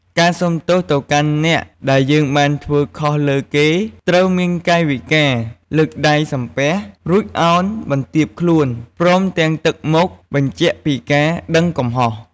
ការសូមទោសទៅកាន់អ្នកដែលយើងបានធ្វើខុសលើគេ ត្រូវមានកាយវិការ លើកដៃសំពះ រួចឱនបន្ទាបខ្លួន ព្រមទាំងទឹកមុខបញ្ជាក់ពីការដឹងកំហុស។